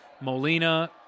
molina